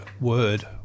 word